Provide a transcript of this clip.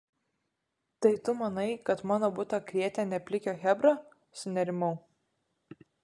tai tu manai kad mano butą krėtė ne plikio chebra sunerimau